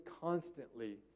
constantly